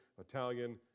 Italian